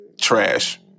Trash